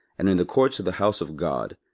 and in the courts of the house of god,